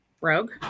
Rogue